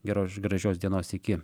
geros gražios dienos iki